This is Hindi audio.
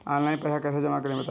ऑनलाइन पैसा कैसे जमा करें बताएँ?